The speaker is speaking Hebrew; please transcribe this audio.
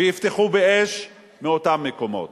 ויפתחו באש מאותם מקומות.